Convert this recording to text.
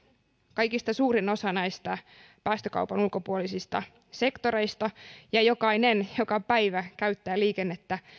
kaikista suurin osa päästökaupan ulkopuolisista sektoreista ja jokainen joka päivä käyttää liikennettä